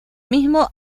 mismo